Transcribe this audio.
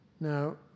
Now